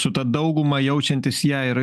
su ta dauguma jaučiantis ją ir